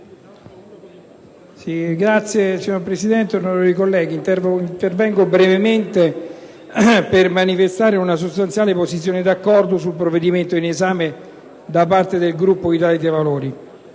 Signora Presidente, onorevoli colleghi, intervengo brevemente per manifestare una sostanziale posizione di accordo sul provvedimento in esame da parte del Gruppo dell'Italia dei Valori.